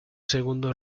segundo